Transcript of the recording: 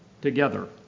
together